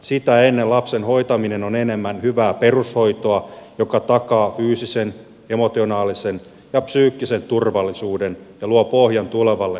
sitä ennen lapsen hoitaminen on enemmän hyvää perushoitoa joka takaa fyysisen emotionaalisen ja psyykkisen turvallisuuden ja luo pohjan tulevalle menestykselle